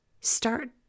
start